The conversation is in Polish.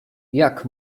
jak